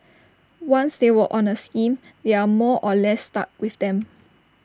once they were on A scheme they are more or less stuck with them